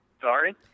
Sorry